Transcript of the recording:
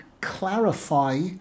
clarify